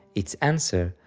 its answer,